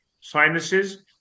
sinuses